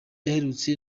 aherutse